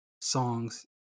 songs